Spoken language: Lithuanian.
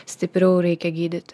stipriau reikia gydyti